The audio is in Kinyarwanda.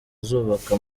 zubaka